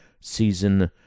season